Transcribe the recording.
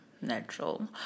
natural